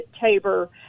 TABOR